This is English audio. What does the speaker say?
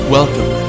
Welcome